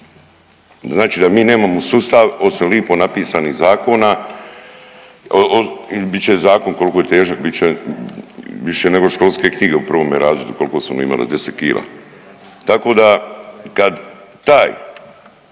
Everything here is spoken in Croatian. Znači da mi nemamo sustav osim lipo napisanih zakona bit će zakon koliko je težak bit će više nego školske knjige u prvome razredu koliko smo imali 10 kg. Tako da kad taj